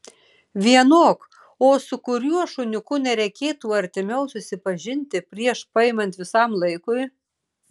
vienok o su kuriuo šuniuku nereikėtų artimiau susipažinti prieš paimant visam laikui